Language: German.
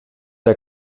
der